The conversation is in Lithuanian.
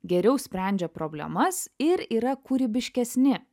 geriau sprendžia problemas ir yra kūrybiškesni